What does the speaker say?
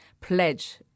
pledge